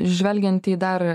žvelgiant į dar